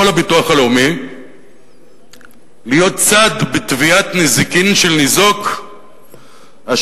יכול הביטוח הלאומי להיות צד בתביעת נזיקין של ניזוק אשר